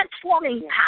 transforming